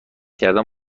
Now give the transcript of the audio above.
کردن